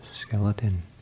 skeleton